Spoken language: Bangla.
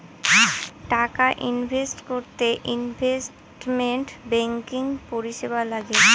টাকা ইনভেস্ট করতে ইনভেস্টমেন্ট ব্যাঙ্কিং পরিষেবা লাগে